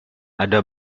ada